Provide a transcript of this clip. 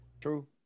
True